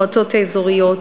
המועצות האזוריות